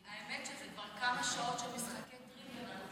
האמת שזה כבר כמה שעות של משחקי טריוויה,